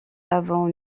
avant